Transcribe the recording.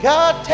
God